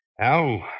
Al